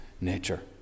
nature